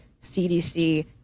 CDC